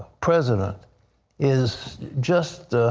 president is just